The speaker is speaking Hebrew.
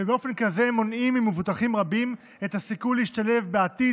ובאופן כזה מונעים ממבוטחים רבים את הסיכוי להשתלב בעתיד